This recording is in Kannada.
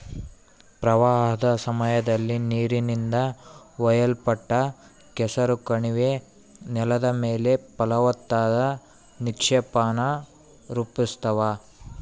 ಪ್ರವಾಹದ ಸಮಯದಲ್ಲಿ ನೀರಿನಿಂದ ಒಯ್ಯಲ್ಪಟ್ಟ ಕೆಸರು ಕಣಿವೆ ನೆಲದ ಮೇಲೆ ಫಲವತ್ತಾದ ನಿಕ್ಷೇಪಾನ ರೂಪಿಸ್ತವ